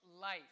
life